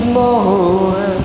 more